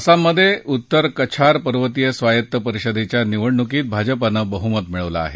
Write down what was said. आसाममध्ये उत्तर कछार पर्वतीय स्वायत्त परिषदेच्या निवडणुकीत भाजपानं बह्मत मिळवलं आहे